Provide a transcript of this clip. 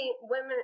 women